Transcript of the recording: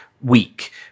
week